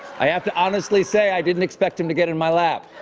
i have to honestly say i didn't expect him to get in my lap.